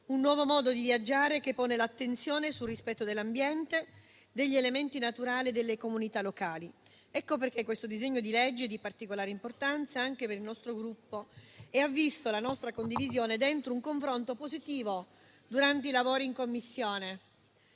un nuovo modo di viaggiare che pone l'attenzione sul rispetto dell'ambiente, degli elementi naturali e delle comunità locali. Ecco perché questo disegno di legge è di particolare importanza anche per il nostro Gruppo e ha visto la nostra condivisione dentro un confronto positivo durante i lavori in Commissione: